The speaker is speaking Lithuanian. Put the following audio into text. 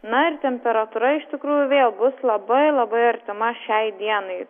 na ir temperatūra iš tikrųjų vėl bus labai labai artima šiai dienai